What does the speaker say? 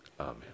Amen